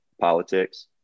politics